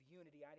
unity